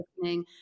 listening